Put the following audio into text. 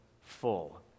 full